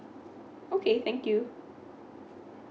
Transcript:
okay thank you